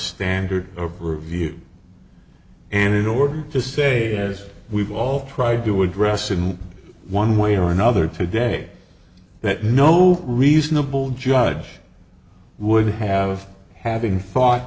standard of review and in order to say as we've all tried to address in one way or another today that no reasonable judge would have having thought